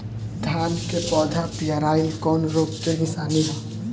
धान के पौधा पियराईल कौन रोग के निशानि ह?